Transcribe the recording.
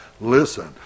listen